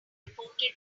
reported